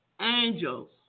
angels